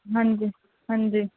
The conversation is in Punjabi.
ਹਾਂਜੀ ਹਾਂਜੀ